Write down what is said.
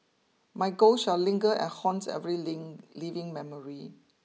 my ghost shall linger and haunt live living memory